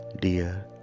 dear